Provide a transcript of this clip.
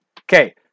Okay